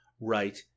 right